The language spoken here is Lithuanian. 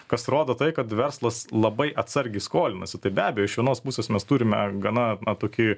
kas rodo tai kad verslas labai atsargiai skolinasi tai be abejo iš vienos pusės mes turime gana na tokį